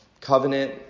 covenant